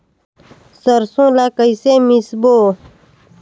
सरसो ला कइसे मिसबो?